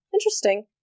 interesting